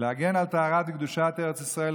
"בהגנת טהרת וקדושת ארץ ישראל,